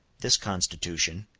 this constitution,